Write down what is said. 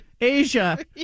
Asia